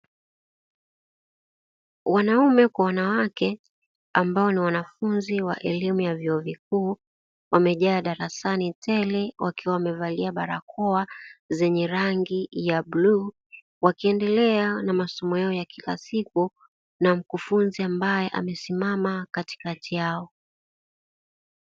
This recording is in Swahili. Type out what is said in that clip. Wanaume kwa wanawake ambao ni wanafunzi wa elimu ya vyuo vikuu, wamejaa darasani tele, wakiwa wamevalia barakoa zenye rangi ya bluu, wakiendelea na masomo yao ya kila siku na mkufunzi ambaye amesimama katikati yao.